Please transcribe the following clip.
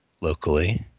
locally